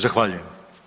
Zahvaljujem.